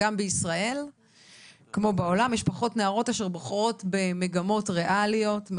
גם בישראל כמו בעולם יש פחות נערות אשר בוחרות במגמות ריאליות או